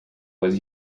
was